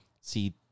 See